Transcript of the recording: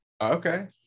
Okay